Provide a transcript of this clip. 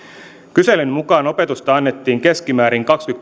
kyselyn mukaan opetusta annettiin keskimäärin